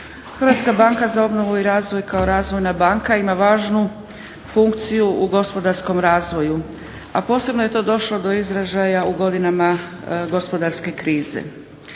Hrvatska banka za obnovu i razvoj kao razvojna banka ima važnu funkciju u gospodarskom razvoju, a posebno je to došlo do izražaja u godinama gospodarske krize.